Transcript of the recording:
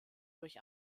durch